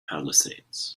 palisades